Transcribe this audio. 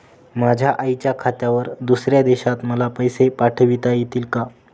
माझ्या आईच्या खात्यावर दुसऱ्या देशात मला पैसे पाठविता येतील का?